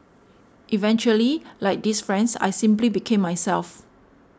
eventually like these friends I simply became myself